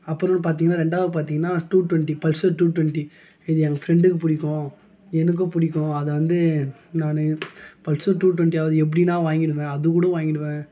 அப்புறம்னு பார்த்திங்கனா ரெண்டாவது பார்த்திங்கனா two twenty Pulsar two twenty இது என் ஃப்ரெண்டுக்கு பிடிக்கும் எனக்கும் பிடிக்கும் அதை வந்து நான் பல்சர் டூ ட்வெண்டியாவது அது எப்படினா வாங்கிவிடுவேன் அதுகூட வாங்கிவிடுவேன்